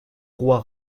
roi